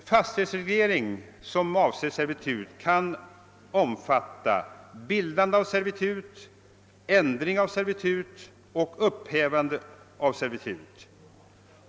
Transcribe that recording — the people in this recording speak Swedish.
Fastighetsreglering som avser servitut kan omfatta bildande av servitut, ändring av servitut och upphävande av servitut.